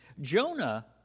Jonah